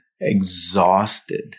exhausted